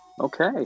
Okay